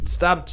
stop